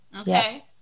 okay